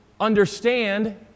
understand